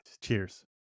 Cheers